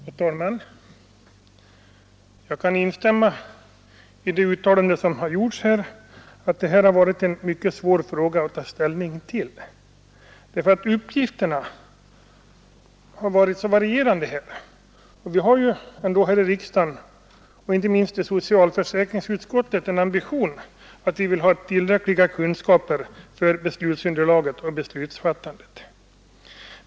Herr talman! Jag kan instämma i det uttalande som har gjorts här, att detta har varit en svår fråga att ta ställning till, eftersom uppgifterna har varit så varierande. Här i riksdagen, och inte minst i socialförsäkringsutskottet, är det ju vår ambition att ha tillräckliga kunskaper och underlag för beslutsfattandet.